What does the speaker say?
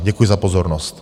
Děkuji za pozornost.